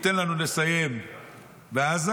תן לנו לסיים בעזה,